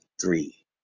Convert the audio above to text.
three